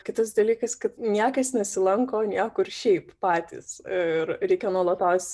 kitas dalykas kad niekas nesilanko niekur šiaip patys ir reikia nuolatos